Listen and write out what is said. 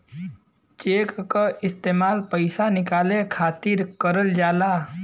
check क इस्तेमाल पइसा निकाले खातिर करल जाला